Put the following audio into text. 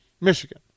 Michigan